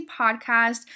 podcast